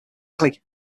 quickly